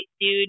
dude